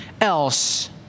else